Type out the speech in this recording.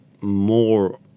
more